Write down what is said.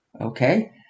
Okay